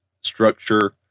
structure